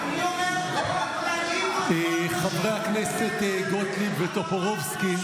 אנחנו רוצים לתת לחבר הכנסת ביסמוט לדבר,